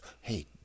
hey